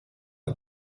dal